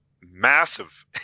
massive